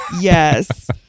yes